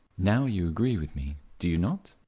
now you agree with me, do you not?